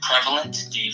prevalent